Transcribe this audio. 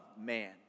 man